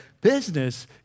Business